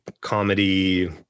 comedy